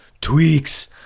tweaks